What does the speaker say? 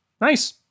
Nice